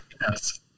Yes